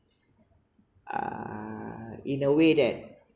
err in a way that